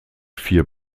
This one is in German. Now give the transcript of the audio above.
vier